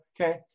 Okay